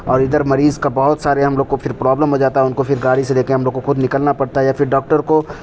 اور ادھر مریض کا بہت سارے ہم لوگ کو پھر پرابلم ہو جاتا ہے ان کو پھر گاڑی سے لے کے ہم لوگ کو خود نکلنا پڑتا ہے یا پھر ڈاکٹر کو